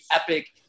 epic